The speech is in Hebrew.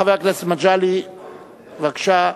חבר הכנסת מגלי, בבקשה.